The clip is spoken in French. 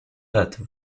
pâte